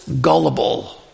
gullible